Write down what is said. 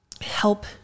help